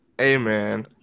Amen